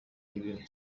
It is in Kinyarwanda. ibintu